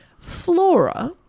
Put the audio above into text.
Flora